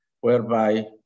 whereby